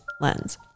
lens